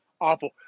awful